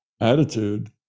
attitude